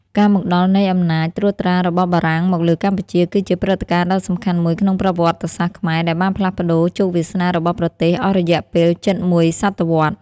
ការមកដល់នៃអំណាចត្រួតត្រារបស់បារាំងមកលើកម្ពុជា គឺជាព្រឹត្តិការណ៍ដ៏សំខាន់មួយក្នុងប្រវត្តិសាស្ត្រខ្មែរ ដែលបានផ្លាស់ប្តូរជោគវាសនារបស់ប្រទេសអស់រយៈពេលជិតមួយសតវត្សរ៍។